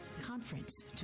CONFERENCE